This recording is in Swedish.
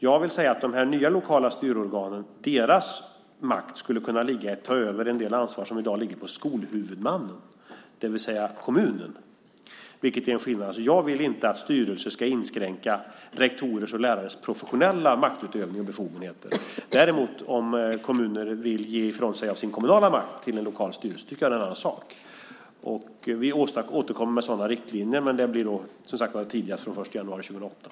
Jag vill säga att de här nya lokala styrorganens makt skulle kunna ligga i att ta över en del ansvar som i dag ligger på skolhuvudmannen, det vill säga kommunen, vilket är en skillnad. Jag vill inte att styrelser ska inskränka rektorers och lärares professionella maktutövning och befogenheter. Jag tycker däremot att det är en annan sak om kommuner vill ge ifrån sig av sin kommunala makt till en lokal styrelse. Vi återkommer med sådana här riktlinjer, men det blir, som sagt, tidigast från den 1 januari 2008.